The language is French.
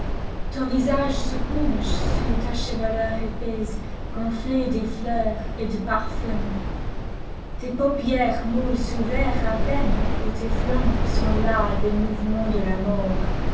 ton visage se penche sous ta chevelure épaisse gonflée de fleurs et de parfums tes paupières molles s'ouvrent à peine et tes flancs sont las des mouvements de l'amour